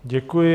Děkuji.